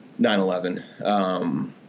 9-11